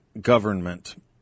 government